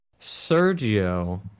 Sergio